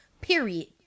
Period